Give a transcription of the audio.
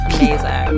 Amazing